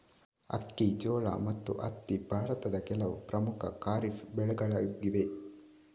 ಅಕ್ಕಿ, ಜೋಳ ಮತ್ತು ಹತ್ತಿ ಭಾರತದ ಕೆಲವು ಪ್ರಮುಖ ಖಾರಿಫ್ ಬೆಳೆಗಳಾಗಿವೆ